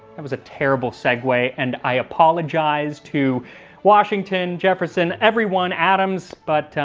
that was a terrible segue and i apologize to washington, jefferson, everyone, adams but